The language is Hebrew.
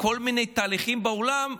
כל מיני תהליכים בעולם,